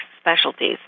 specialties